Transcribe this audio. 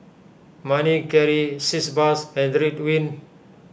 Manicare Sitz Bath and Ridwind